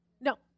No